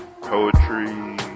poetry